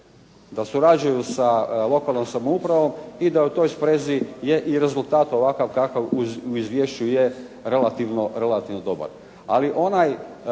da surađuju sa lokalnom samoupravom i da u toj sprezi je i rezultat ovakav kakav u izvješću je relativno dobar.